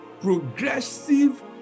progressive